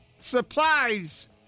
Supplies